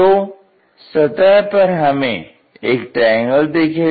तो सतह पर हमें एक ट्रायंगल दिखेगा